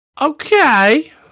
Okay